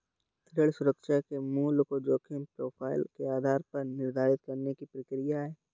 ऋण सुरक्षा के मूल्य को जोखिम प्रोफ़ाइल के आधार पर निर्धारित करने की प्रक्रिया है